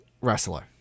wrestler